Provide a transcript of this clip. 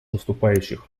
выступающих